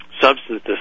substance